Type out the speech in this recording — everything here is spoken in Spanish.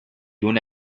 una